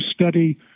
study